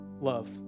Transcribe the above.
love